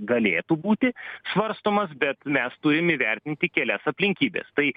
galėtų būti svarstomas bet mes turim įvertinti kelias aplinkybes tai